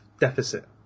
deficit